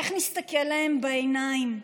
איך נסתכל להם בעיניים?